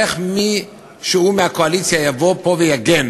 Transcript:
איך מישהו מהקואליציה יבוא פה ויגן